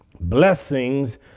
Blessings